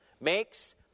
makes